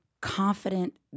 confident